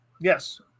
Yes